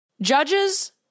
Judges